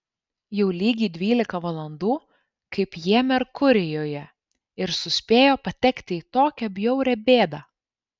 jau lygiai dvylika valandų kaip jie merkurijuje ir suspėjo patekti į tokią bjaurią bėdą